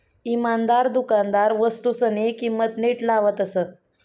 इमानदार दुकानदार वस्तूसनी किंमत नीट लावतस